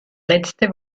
letzte